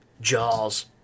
Jaws